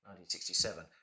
1967